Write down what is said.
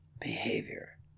behavior